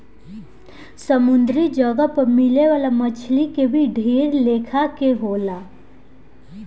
समुंद्री जगह पर मिले वाला मछली के भी ढेर लेखा के होले